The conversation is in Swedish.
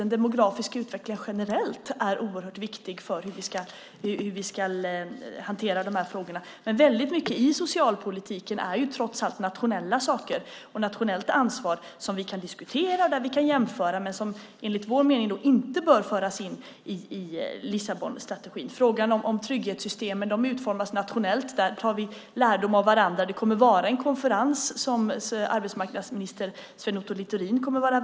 Den demografiska utvecklingen generellt är oerhört viktig för hur vi ska hantera dessa frågor, men mycket i socialpolitiken är trots allt nationella saker och nationellt ansvar. Vi kan diskutera och jämföra dem, men enligt vår mening bör de inte föras in i Lissabonstrategin. Frågan om trygghetssystemen utformas nationellt. Vi tar lärdom av varandra. Det kommer att hållas en konferens om utanförskapet med arbetsmarknadsminister Sven Otto Littorin som värd.